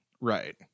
Right